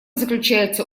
заключается